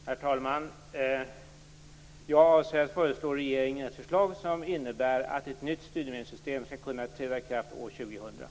Herr talman! Jag avser att förelägga regeringen ett förslag som innebär att ett nytt studiemedelssystemskall kunna träda i kraft år 2000.